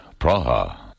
Praha